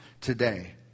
today